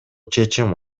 чечим